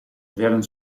werden